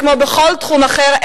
כמו בכל תחום אחר,